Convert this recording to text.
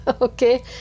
okay